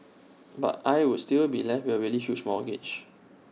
but I would still be left with A really huge mortgage